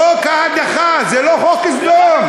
חוק ההדחה זה לא חוק סדום?